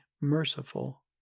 merciful